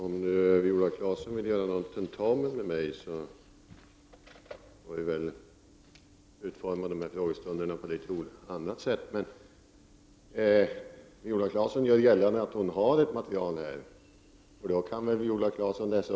Herr talman! Georg Anderssons ironi hamnar litet fel.